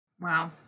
Wow